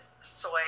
soy